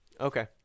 Okay